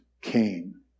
came